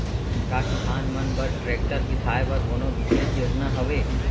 का किसान मन बर ट्रैक्टर बिसाय बर कोनो बिशेष योजना हवे?